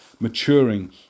maturing